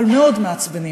אבל מאוד מעצבנים,